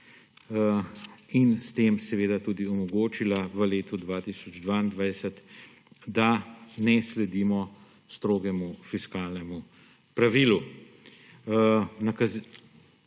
in s tem seveda tudi omogočila, da v letu 2022 ne sledimo strogemu fiskalnemu pravilu.